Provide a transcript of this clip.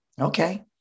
Okay